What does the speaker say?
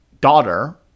daughter